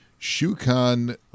Shukan